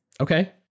Okay